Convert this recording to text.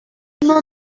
usual